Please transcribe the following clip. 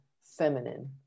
feminine